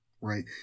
Right